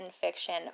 fiction